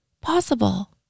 possible